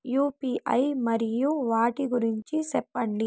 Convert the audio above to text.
UPI మరియు వాటి గురించి సెప్పండి?